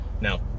Now